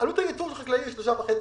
עלות הייצור החקלאי היא 3.5 שקלים.